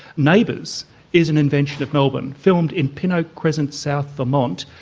neighbours is an invention of melbourne, filmed in pin oak crescent, south lamont,